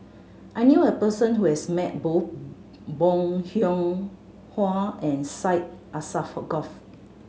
I knew a person who has met both Bong Hiong Hwa and Syed Alsagoff